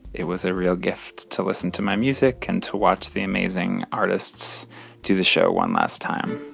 it was a real gift to listen to my music and to watch the amazing artists do the show one last time